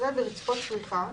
אחרי "ורצפות צריכה"